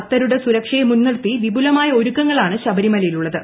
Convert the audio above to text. ഭക്തരുടെ സുരക്ഷയെ മുൻനിർത്തി വിപുലമായ ഒരുക്കങ്ങളാണ് ശബരിമലയിലുള്ളത്